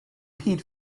peat